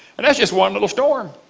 and that's just one little storm.